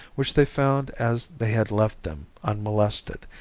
which they found as they had left them unmolested,